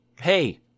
hey